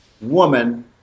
woman